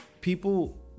people